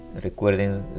recuerden